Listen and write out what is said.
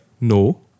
no